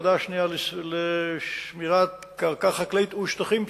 הוועדה השנייה לשמירת קרקע חקלאית ושטחים פתוחים.